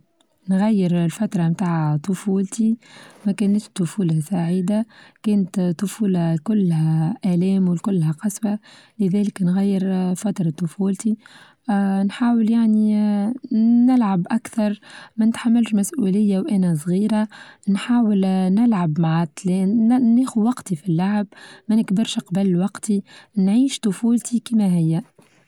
نغير الفترة بتاع طفولتي، مكانتش طفولة سعيدة كانت طفولة كلها آلام وكلها قسوة، لذلك نغير فترة طفولتي آآ نحاول يعني آآ نلعب أكثر، ما نتحملش مسؤولية وانا صغيرة، نحاول آآ نلعب مع تلان ن-ناخد وقتي في اللعب ما نكبرش قبل وقتي نعيش طفولتي كما هي.